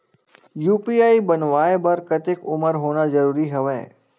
UPI बनवाय बर कतेक उमर होना जरूरी हवय?